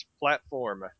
platform